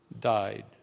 died